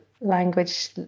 language